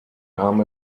kam